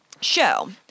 Show